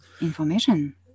information